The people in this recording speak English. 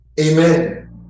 Amen